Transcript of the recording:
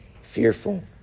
fearful